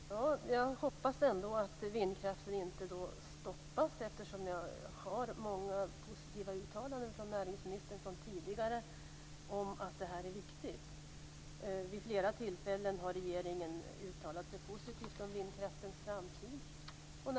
Fru talman! Jag hoppas ändå att vindkraften inte stoppas. Näringsministern har gjort många positiva uttalanden tidigare om att det är viktigt. Vid flera tillfällen har regeringen uttalat sig positivt om vindkraftens framtid.